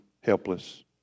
helpless